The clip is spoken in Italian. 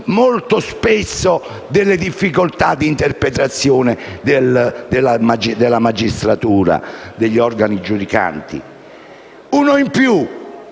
molto spesso delle difficoltà di interpretazione alla magistratura e agli organi giudicanti: uno in più